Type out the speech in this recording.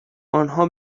آنها